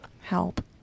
Help